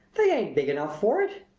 they ain't big enough for it!